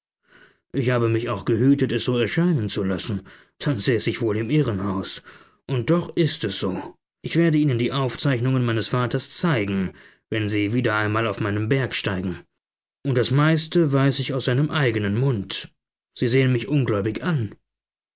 ich habe mich auch gehütet es so erscheinen zu lassen dann säße ich wohl im irrenhaus und doch ist es so ich werde ihnen die aufzeichnungen meines vaters zeigen wenn sie wieder einmal auf meinen berg steigen und das meiste weiß ich aus seinem eigenen mund sie sehen mich ungläubig an